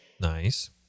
Nice